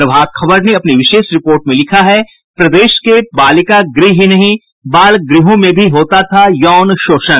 प्रभात खबर ने अपनी विशेष रिपोर्ट में लिखा है प्रदेश के बालिका गृह ही नहीं बाल गृहों में भी होता था यौन शोषण